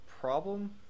problem